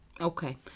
Okay